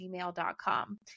gmail.com